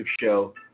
show